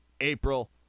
April